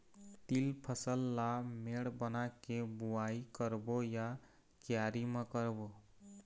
तील फसल ला मेड़ बना के बुआई करबो या क्यारी म करबो?